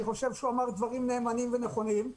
אני חושב שהוא אמר דברים נאמנים ונכונים,